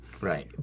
Right